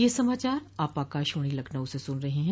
ब्रे क यह समाचार आप आकाशवाणी लखनऊ से सुन रहे हैं